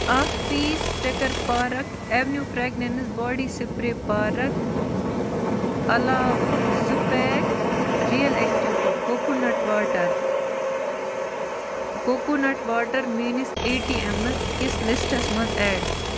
اَکھ پیٖس ٹِکٕر park avenue fragrance body spray park علاوٕ زٕ pack real activity coconut water coconut water میٛٲنِس اےٚ ٹی ایمس کِس لِسٹَس منٛز ایڈ